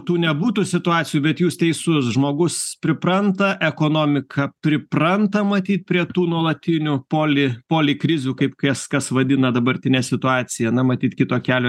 tų nebūtų situacijų bet jūs teisus žmogus pripranta ekonomika pripranta matyt prie tų nuolatinių poli polikrizių kaip kas kas vadina dabartinę situaciją na matyt kito kelio